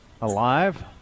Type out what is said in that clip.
alive